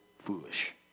foolish